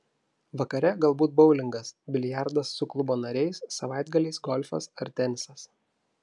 vakare galbūt boulingas biliardas su klubo nariais savaitgaliais golfas ar tenisas